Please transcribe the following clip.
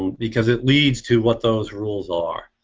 because it leads to what those rules are,